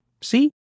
See